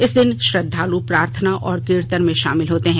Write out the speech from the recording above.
इस दिन श्रद्धालु प्रार्थना और कीर्तन में शामिल होते हैं